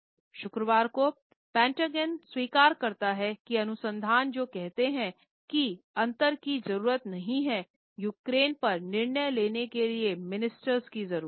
शुक्रवार को पेंटागन स्वीकार करता हैं कि अनुसंधान जो कहते हैं कि अंतर की जरूरत नहीं हैं यूक्रेन पर निर्णय लेने के लिए मिनिस्टर की जरूरत हैं